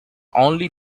only